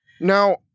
now